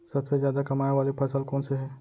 सबसे जादा कमाए वाले फसल कोन से हे?